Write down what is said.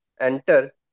enter